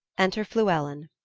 enter fluellen.